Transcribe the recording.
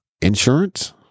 Insurance